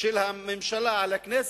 של הממשלה על הכנסת,